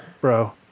bro